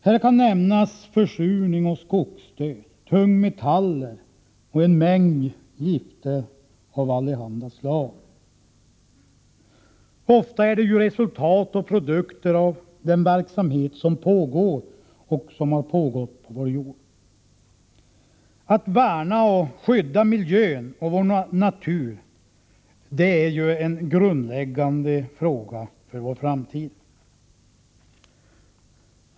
Här kan nämnas försurning och skogsdöd, tungmetaller och en mängd gifter av allehanda slag. Ofta är det ett resultat och produkter av den verksamhet som pågår och har pågått på vår jord. Att värna och sköta miljön och vår natur är ju en grundläggande fråga för vår framtid.